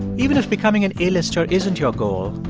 even if becoming an a-lister isn't your goal,